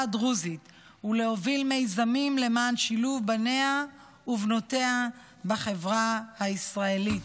הדרוזית ולהוביל מיזמים למען שילוב בניה ובנותיה בחברה הישראלית.